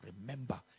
remember